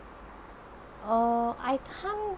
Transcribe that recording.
or I can't